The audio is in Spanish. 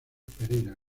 pereira